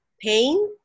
pain